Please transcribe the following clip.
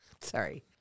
Sorry